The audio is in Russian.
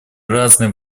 разные